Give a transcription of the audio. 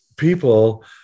people